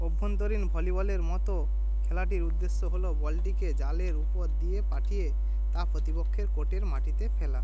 অভ্যন্তরীণ ভলিবলের মতো খেলাটির উদ্দেশ্য হলো বলটিকে জালের উপর দিয়ে পাঠিয়ে তা পোতিপক্ষের কোর্টের মাটিতে ফেলা